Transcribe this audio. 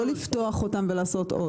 לא לפתוח אותם ולעשות עוד.